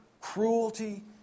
cruelty